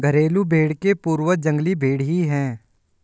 घरेलू भेंड़ के पूर्वज जंगली भेंड़ ही है